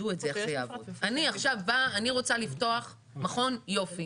אני עכשיו באה ורוצה לפתוח מכון יופי.